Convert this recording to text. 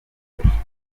babyifuje